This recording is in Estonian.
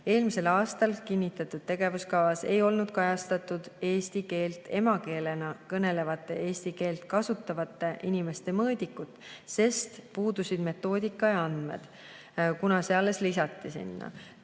Eelmisel aastal kinnitatud tegevuskavas ei olnud kajastatud eesti keelt emakeelena kõnelevate ja eesti keelt kasutavate inimeste mõõdikut, sest puudusid metoodika ja andmed. See alles lisati.